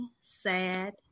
sad